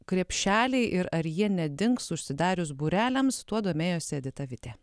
krepšeliai ir ar jie nedings užsidarius būreliams tuo domėjosi edita vitė